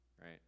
right